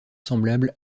semblable